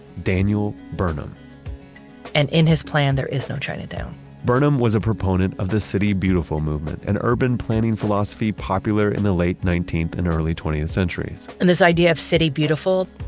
daniel burnham and in his plan, there is no chinatown burnham was a proponent of the city beautiful movement, an urban planning philosophy popular in the late nineteenth and early twentieth centuries and this idea of city beautiful,